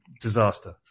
disaster